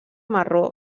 marró